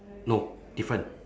no different